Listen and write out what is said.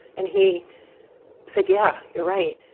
and he said, yeah, you're right.